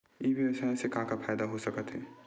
ई व्यवसाय से का का फ़ायदा हो सकत हे?